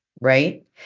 right